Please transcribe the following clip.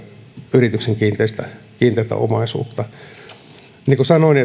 yrityksen kiinteätä omaisuutta niin kuin sanoin